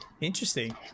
interesting